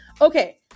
Okay